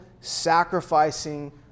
sacrificing